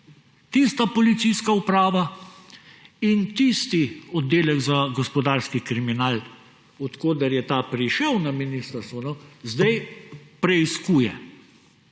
tista policijska uprava in tisti oddelek za gospodarski kriminal, od koder je ta prišel na ministrstvo, zdaj preiskuje